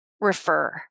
refer